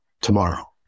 tomorrow